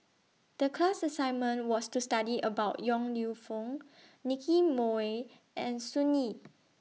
The class assignment was to study about Yong Lew Foong Nicky Moey and Sun Yee